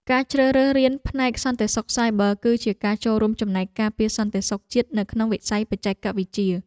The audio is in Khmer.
ការជ្រើសរើសរៀនផ្នែកសន្តិសុខសាយប័រ គឺជាការចូលរួមចំណែកការពារសន្តិសុខជាតិនៅក្នុងវិស័យបច្ចេកវិទ្យា។